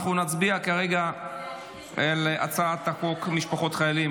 אנחנו נצביע כרגע על הצעת חוק משפחות חיילים,